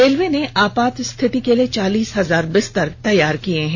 railway ने आपात स्थिति के लिए चालीस हजार बिस्तर तैयार किये हैं